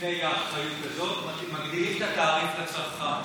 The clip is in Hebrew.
בפני האחריות הזאת אלא מגדילים את התעריף לצרכן.